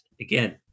again